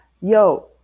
yo